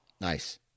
Nice